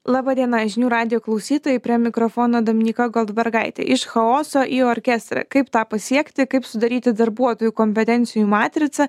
laba diena žinių radijo klausytojai prie mikrofono dominyka goldbergaitė iš chaoso į orkestrą kaip tą pasiekti kaip sudaryti darbuotojų kompetencijų matricą